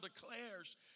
declares